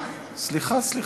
סליחה, סליחה,